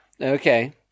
okay